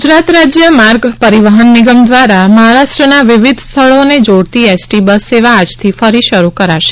ગુજરાત રાજ્ય માર્ગ પરિવહન નિગમ દ્વારા મહારાષ્ટ્રના વિવિધ સ્થળોને જોડતી એસટી બસ સેવા આજથી ફરી શરૂ કરાશે